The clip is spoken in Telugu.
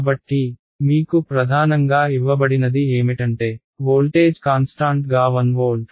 కాబట్టి మీకు ప్రధానంగా ఇవ్వబడినది ఏమిటంటే వోల్టేజ్ కాన్స్టాంట్ గా 1 వోల్ట్